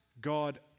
God